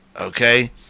Okay